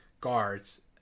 guards